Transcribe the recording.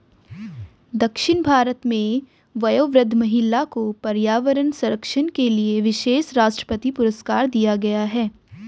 दक्षिण भारत में वयोवृद्ध महिला को पर्यावरण संरक्षण के लिए विशेष राष्ट्रपति पुरस्कार दिया गया है